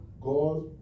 God